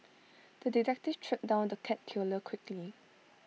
the detective tracked down the cat killer quickly